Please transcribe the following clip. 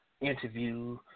interview